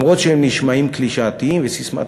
אפילו שהם נשמעים קלישאתיים וססמאות,